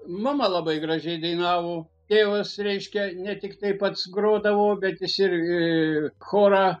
mama labai gražiai dainavo tėvas reiškia ne tiktai pats grodavo bet jis ir chorą